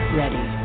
ready